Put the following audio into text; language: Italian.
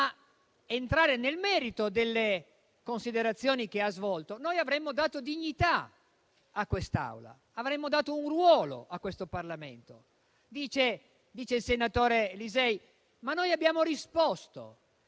a entrare nel merito delle considerazioni che ha svolto, noi avremmo dato dignità a quest'Aula. Avremmo dato un ruolo a questo Parlamento. Il senatore Lisei, che cito